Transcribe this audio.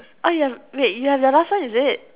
oh you have wait you have your last one is it